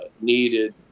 needed